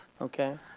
Okay